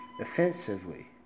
offensively